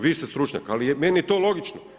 Vi ste stručnjak, ali meni je to logično.